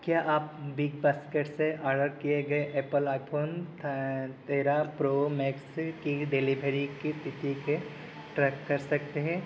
क्या आप Big Basket से ऑर्डर किए गए एप्पल आईफोन तेरह प्रो मैक्स की डिलीवरी की इस्थिति को ट्रैक कर सकते हैं